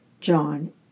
John